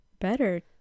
better